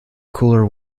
cooler